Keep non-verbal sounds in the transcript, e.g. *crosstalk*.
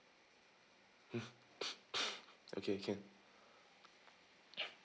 *breath* okay can *breath*